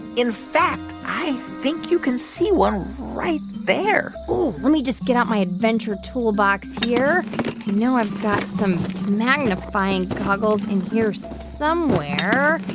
in fact, fact, i think you can see one right there let me just get out my adventure tool box here. i know i've got some magnifying goggles in here somewhere.